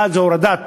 1. הורדת